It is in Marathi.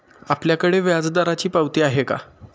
आपल्याकडे व्याजदराची पावती आहे का?